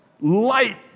light